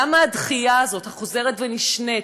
למה הדחייה הזאת, החוזרת ונשנית,